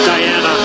Diana